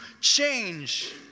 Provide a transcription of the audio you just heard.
change